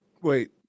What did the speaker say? Wait